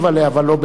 אבל לא במקרה זה.